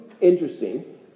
interesting